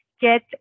get